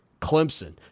Clemson